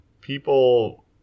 people